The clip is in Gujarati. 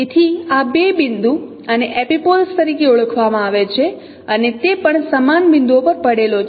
તેથી આ બે બિંદુ આને એપિપોલ્સ તરીકે ઓળખવામાં આવે છે અને તે પણ સમાન બિંદુઓ પર પડેલો છે